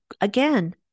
Again